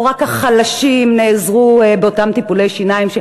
רק החלשים נעזרו באותם טיפולי שיניים.